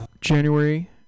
January